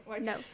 No